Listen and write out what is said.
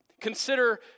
Consider